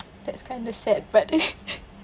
that's kind of sad but